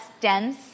dense